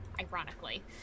ironically